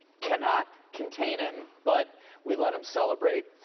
cannot contain him, but we let him celebrate,